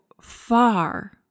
far